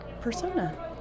persona